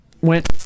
went